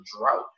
drought